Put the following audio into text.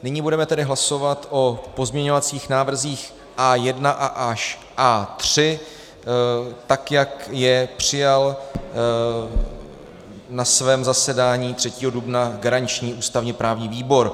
Nyní budeme tedy hlasovat o pozměňovacích návrzích A1 až A3, tak jak je přijal na svém zasedání 3. dubna garanční ústavněprávní výbor.